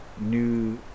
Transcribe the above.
new